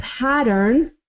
pattern